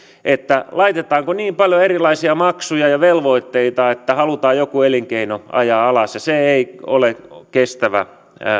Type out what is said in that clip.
että laitetaanko niin paljon erilaisia maksuja ja velvoitteita että halutaan joku elinkeino ajaa alas se ei ole kestävä